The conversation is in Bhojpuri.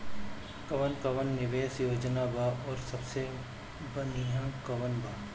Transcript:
कवन कवन निवेस योजना बा और सबसे बनिहा कवन बा?